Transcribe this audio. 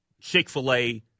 Chick-fil-A